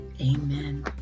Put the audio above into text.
Amen